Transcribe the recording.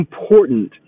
important